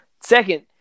Second